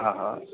હા હા